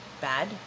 bad